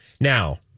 Now